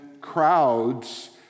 crowds